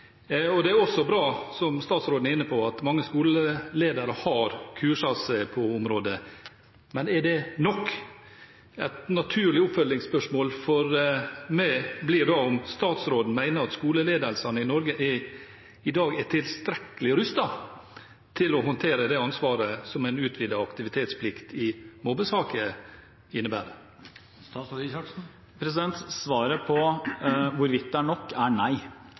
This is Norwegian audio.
Det er også bra, det som statsråden er inne på her, at mange skoleledere har kurset seg på området, men er det nok? Et naturlig oppfølgingsspørsmål for meg blir da om statsråden mener at skoleledelsen i Norge i dag er tilstrekkelig rustet til å håndtere det ansvaret som en utvidet aktivitetsplikt i mobbesaker innebærer? Svaret på hvorvidt det er nok, er nei.